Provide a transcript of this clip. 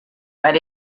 but